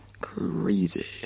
Crazy